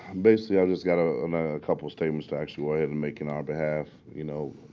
basically, i've just got a um ah couple of statements to actually weigh in and make in our behalf. you know